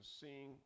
seeing